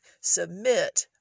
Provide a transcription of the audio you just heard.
submit